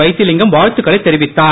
வைத்திலிங்கம் வாழ்த்துக்களை தெரிவித்தார்